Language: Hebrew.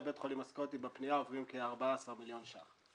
לבית החולים הסקוטי בפנייה עוברים כ-14 מיליון שקלים.